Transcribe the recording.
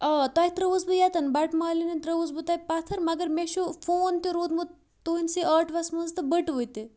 آ تۄہہِ ترٛٲوٕس بہٕ یَتَن بَٹہٕ مالیُٚن ترٛٲوٕس بہٕ تۄہہِ پَتھ ر مگر مےٚ چھُ فون تہِ روٗدمُت تُہٕنٛدسٕے آٹُوَس منٛز تہٕ بٔٹوٕ تہِ